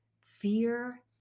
fear